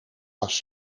was